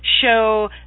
show